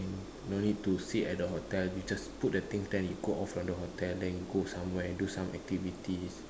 don't need to stay at the hotel you just put the things then go off from the hotel then you go somewhere do some activities